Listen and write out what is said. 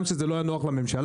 גם כשזה לא היה נוח לממשלה.